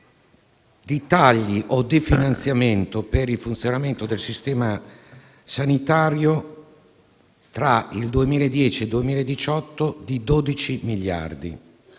di tagli e di un definanziamento per il funzionamento del sistema sanitario tra il 2015 e 2018 di 12 miliardi;